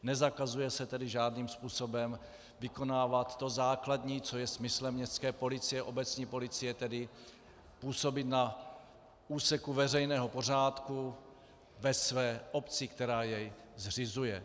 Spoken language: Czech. Nezakazuje se tedy žádným způsobem vykonávat to základní, co je smyslem městské policie, obecní policie, tedy působit na úseku veřejného pořádku ve své obci, která ji zřizuje.